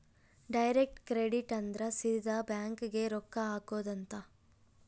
direct credit ಅಂದ್ರ ಸೀದಾ bank ಗೇ ರೊಕ್ಕ ಹಾಕೊಧ್ ಅಂತ